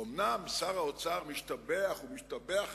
אומנם שר האוצר משתבח ומשתבח,